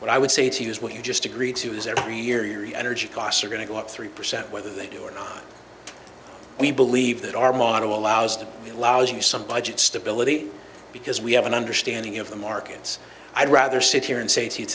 what i would say to you is what you just agreed to is every year yury energy costs are going to go up three percent whether they do or not we believe that our model allows them allows you some budget stability because we have an understanding of the markets i'd rather sit here and say